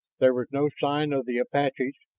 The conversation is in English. there was no sign of the apaches,